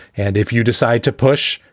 and if you decide to push.